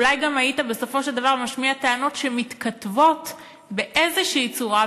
אולי גם היית בסופו של דבר משמיע טענות שמתכתבות באיזושהי צורה,